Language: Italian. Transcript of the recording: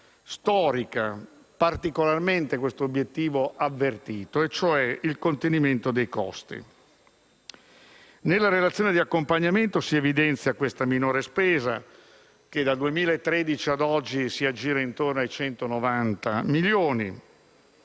obiettivo particolarmente avvertito in questa stagione storica, cioè il contenimento dei costi. Nella relazione di accompagnamento si evidenzia questa minore spesa, che dal 2013 a oggi si aggira intorno ai 190 milioni